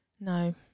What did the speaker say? No